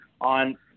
on